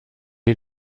est